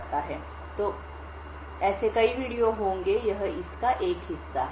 तो ऐसे कई वीडियो होंगे यह इसका 1 हिस्सा है